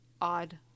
odd